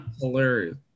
hilarious